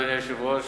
אדוני היושב-ראש,